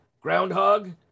groundhog